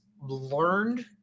learned